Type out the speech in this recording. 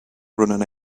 run